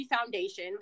Foundation